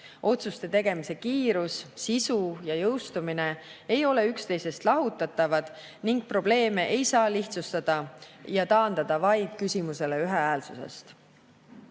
Otsuste tegemise kiirust, sisu ja jõustumist ei ole võimalik üksteisest lahutada ning probleeme ei saa lihtsustada ja taandada vaid küsimusele ühehäälsusest.